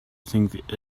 think